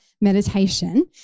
meditation